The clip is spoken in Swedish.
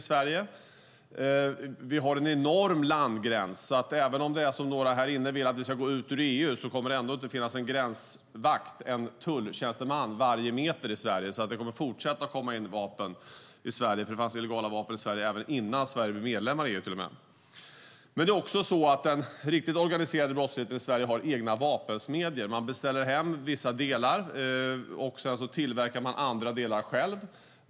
Vi har en enorm landgräns, så även om vi skulle gå ur EU, som några här inne vill, kommer det ändå inte att finnas en gränsvakt eller tulltjänsteman varje meter längs Sveriges gräns. Det fanns illegala vapen i Sverige innan Sverige blev medlem i EU, och det skulle fortsätta att komma in vapen i Sverige. Det är också så att den riktigt organiserade brottsligheten i Sverige har egna vapensmedjor. Man beställer hem vissa delar, och sedan tillverkar man andra delar själv.